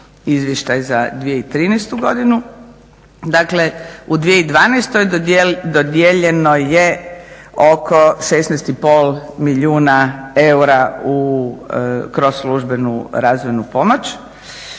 u 2012. dodijeljeno je oko 16,5 milijuna eura u, kroz službenu razvojnu pomoć.